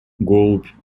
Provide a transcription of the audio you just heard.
голубь